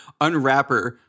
unwrapper